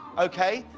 okay?